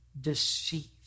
Deceived